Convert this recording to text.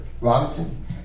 Robinson